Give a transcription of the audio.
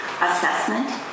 Assessment